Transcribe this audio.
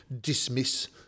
dismiss